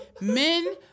men